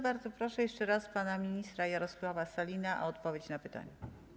Bardzo proszę jeszcze raz pana ministra Jarosława Sellina o odpowiedź na pytanie.